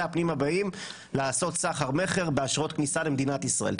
הפנים הבאים לעשות סחר מכר באשרות כניסה למדינת ישראל.